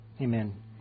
amen